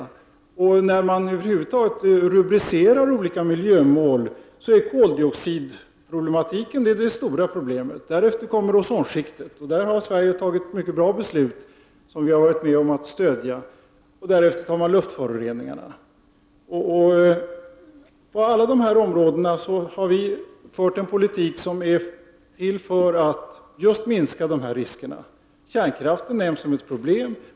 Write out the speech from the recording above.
När Brundtlandrapporten över huvud taget rubricerar olika miljömål är koldioxidutsläppen det stora problemet. Därefter kommer ozonskiktet, och på detta område har Sverige fattat mycket bra beslut som vi moderater har gett vårt stöd. Efter ozonskiktet kommer luftföroreninsarna. När det gäller alla dessa områden har moderaterna fört en politik sm syftar till att just minska riskerna. Kärnkraften nämns som ett problem.